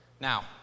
Now